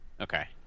Okay